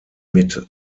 mit